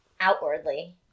outwardly